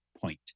point